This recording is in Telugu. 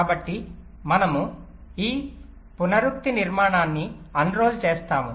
కాబట్టి మనము ఈ పునరుక్తి నిర్మాణాన్ని అన్రోల్ చేస్తాము